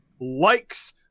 likes